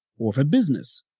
or for business.